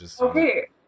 Okay